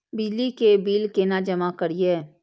बिजली के बिल केना जमा करिए?